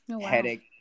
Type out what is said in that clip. headache